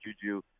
Juju